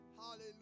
Hallelujah